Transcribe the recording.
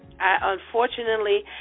Unfortunately